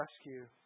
rescue